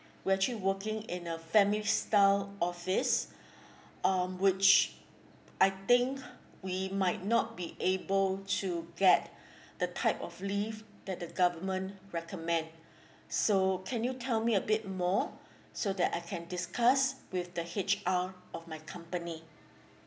were actually working in a family style office um which I think we might not be able to get the type of leave that the government recommend so can you tell me a bit more so that I can discuss with the H_R of my company